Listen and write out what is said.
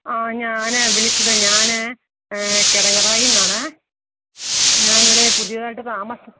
ആ ഞാൻ വിളിച്ചത് ഞാൻ കെടങ്ങറായിൽനിന്നാണെ ഞാനിവിടെ പുതിയത് ആയിട്ട് താമസ്